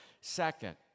second